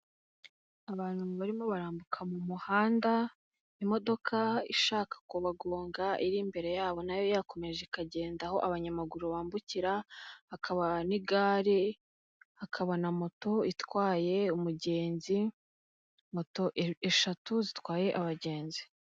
Abantu barimo barambuka mu muhanda imodoka ishaka kubagonga iri imbere yabo na yo yakomeje ikagenda aho abanyamaguru bambukira, hakaba n'igare, hakaba na moto itwaye umugenzi, moto eshatu zitwaye abagenzi.